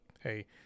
Hey